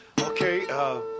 Okay